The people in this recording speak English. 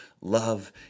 love